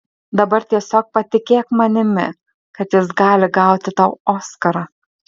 dabar tiesiog patikėk manimi kad jis gali gauti tau oskarą